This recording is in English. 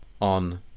on